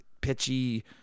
pitchy